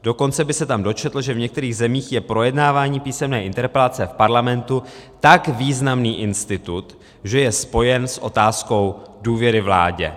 Dokonce by se tam dočetl, že v některých zemích je projednávání písemné interpelace v parlamentu tak významný institut, že je spojen s otázkou důvěry vládě.